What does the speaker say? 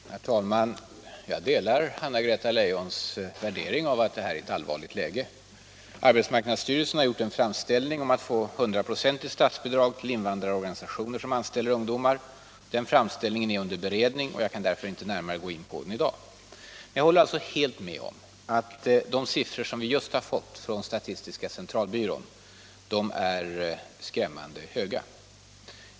Herr talman! Jag delar Anna-Greta Leijons värdering att det här är ett allvarligt läge. Arbetsmarknadsstyrelsen har gjort en framställning om att få 100 96 statsbidrag till invandrarorganisationer som anställer ungdomar. Den framställningen är under beredning och jag kan därför inte gå in närmare på den i dag. Men jag håller helt med om att de siffror som vi just har fått från statistiska centralbyrån är skrämmande höga.